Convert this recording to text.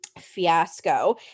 fiasco